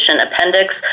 Appendix